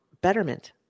betterment